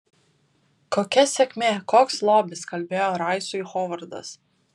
kokia sėkmė koks lobis kalbėjo raisui hovardas